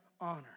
honor